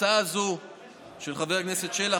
ההצעה הזאת של חבר הכנסת שלח,